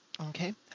okay